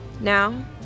Now